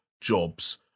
jobs